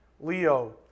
Leo